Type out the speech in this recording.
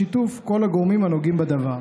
בשיתוף כל הגורמים הנוגעים בדבר.